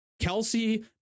Kelsey